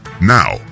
Now